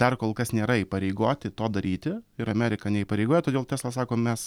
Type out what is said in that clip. dar kol kas nėra įpareigoti to daryti ir amerika neįpareigoja todėl tesla sako mes